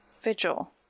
Vigil